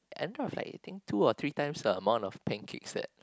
and the thought of like eating two or three times the amount of pancakes that